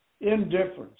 indifference